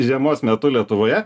žiemos metu lietuvoje